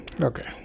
okay